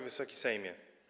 Wysoki Sejmie!